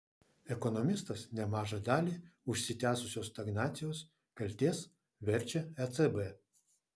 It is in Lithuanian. ekonomistas nemažą dalį užsitęsusios stagnacijos kaltės verčia ecb